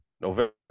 November